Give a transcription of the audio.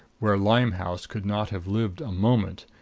where limehouse could not have lived a moment,